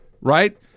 right